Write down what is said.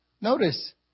Notice